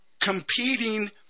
competing